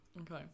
okay